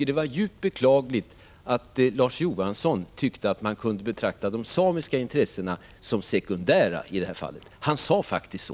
Det är djupt beklagligt att Larz Johansson tyckte att man kunde betrakta de samiska intressena som sekundära i det här fallet. Han sade faktiskt så.